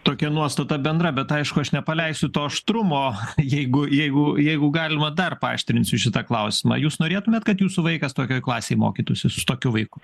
tokia nuostata bendra bet aišku aš nepaleisiu to aštrumo jeigu jeigu jeigu galima dar paaštrinsiu šitą klausimą jūs norėtumėt kad jūsų vaikas tokioj klasėj mokytųsi su tokiu vaiku